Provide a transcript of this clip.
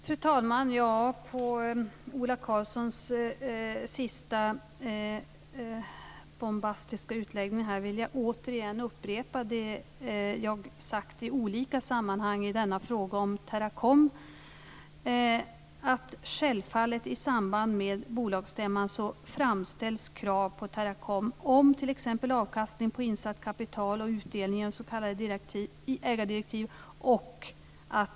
Fru talman! Ja, med anledning Ola Karlssons sista bombastiska utlägg här vill jag åter upprepa det jag sagt i olika sammanhang om denna fråga om Teracom, att självfallet framställs i samband med bolagsstämman krav på Teracom om t.ex. avkastning på insatt kapital och utdelning i s.k. ägardirektiv.